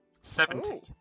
Seventy